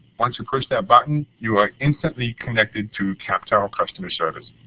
once you push that button, you are instantly connected to captel customer service.